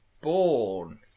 born